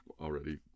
already